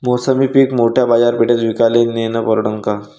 मोसंबी पीक मोठ्या बाजारपेठेत विकाले नेनं परवडन का?